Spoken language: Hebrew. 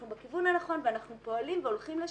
אנחנו בכיוון הנכון ואנחנו פועלים והולכים לשם.